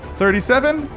thirty seven.